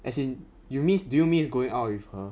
as in you miss do you miss going out with her